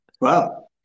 Wow